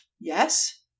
Yes